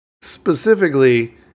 specifically